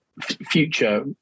future